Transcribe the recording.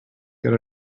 get